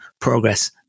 progress